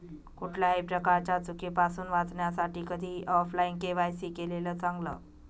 कुठल्याही प्रकारच्या चुकीपासुन वाचण्यासाठी कधीही ऑफलाइन के.वाय.सी केलेलं चांगल